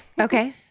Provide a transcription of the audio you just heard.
okay